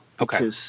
Okay